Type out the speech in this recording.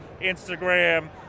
Instagram